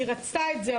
היא רצתה את זה,